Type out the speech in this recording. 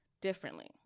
differently